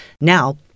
Now